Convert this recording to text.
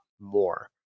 more